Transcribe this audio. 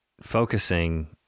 focusing